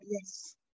yes